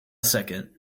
second